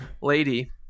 lady